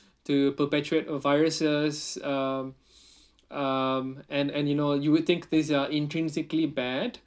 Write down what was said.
to perpetuate uh viruses um um and and you know you would think these are intrinsically bad